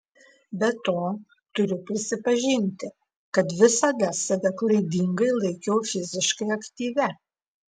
be to turiu prisipažinti kad visada save klaidingai laikiau fiziškai aktyvia